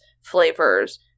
flavors